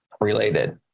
related